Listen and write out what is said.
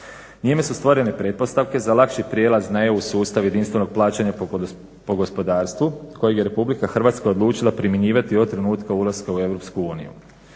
Njime su stvorene pretpostavke za lakši prijelaz na EU sustav jedinstvenog plaćanja po gospodarstvu kojeg je RH odlučila primjenjivati od trenutka ulaska u EU.